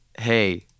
hey